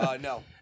no